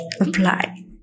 apply